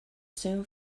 soon